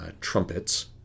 trumpets